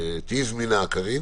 תהיי זמינה, קארין